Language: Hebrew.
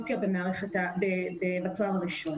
היום.